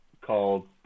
called